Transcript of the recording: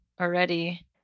already